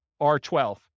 R12